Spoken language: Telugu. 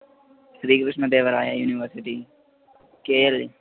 Shri Krishnadevaraya university KL